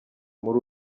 muri